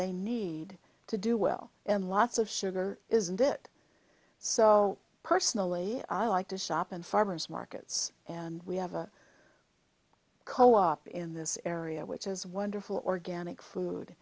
they need to do well and lots of sugar isn't it so personally i like to shop and farmers markets and we have a co op in this area which is wonderful organic food